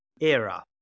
era